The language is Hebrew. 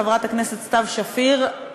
חברת הכנסת סתיו שפיר,